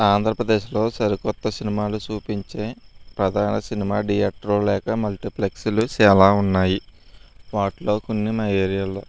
ఆంధ్రప్రదేశ్లో సరికొత్త సినిమాలు చూపించే ప్రధాన సినిమా థియేటర్ లేక మల్టీప్లెక్స్లు చాలా ఉన్నాయి వాటిలో కొన్ని మా ఏరియాలో